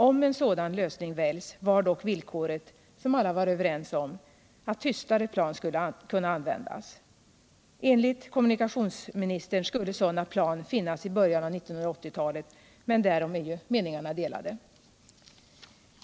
Om en sådan lösning väljs var dock villkoret, som alla var överens om, att tystare plan skulle kunna användas. Enligt kommunikationsministern skulle sådana plan finnas i början av 1980-talet, men därom är meningarna delade.